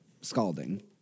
Scalding